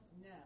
No